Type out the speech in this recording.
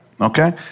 Okay